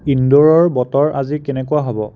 ইন্দোৰৰ বতৰ আজি কেনেকুৱা হ'ব